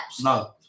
No